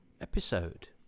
episode